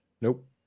Nope